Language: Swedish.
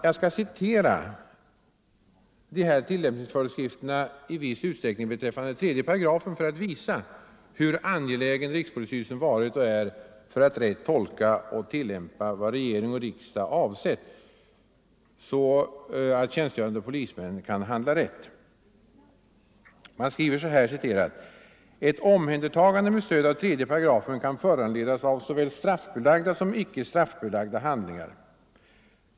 Jag skall citera de här tillämpningsföreskrifterna i viss utsträckning beträffande 3 § för att visa hur angelägen rikspolisstyrelsen varit och är för att rätt tolka och tillämpa vad regering och riksdag avsett så att tjänstgörande polismän kan handla riktigt. ”Ett omhändertagande med stöd av 3 § kan föranledas av såväl straffbelagda som icke straffbelagda handlingar.